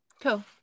Cool